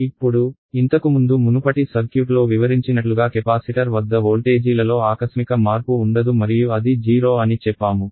ఇప్పుడు ఇంతకుముందు మునుపటి సర్క్యూట్లో వివరించినట్లుగా కెపాసిటర్ వద్ద వోల్టేజీలలో ఆకస్మిక మార్పు ఉండదు మరియు అది 0 అని చెప్పాము